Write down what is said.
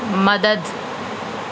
مدد